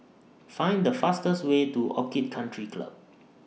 Find The fastest Way to Orchid Country Club